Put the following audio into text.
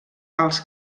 alts